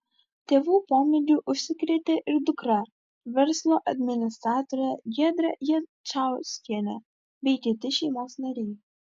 tėvų pomėgiu užsikrėtė ir dukra verslo administratorė giedrė jančauskienė bei kiti šeimos nariai